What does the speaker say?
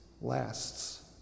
lasts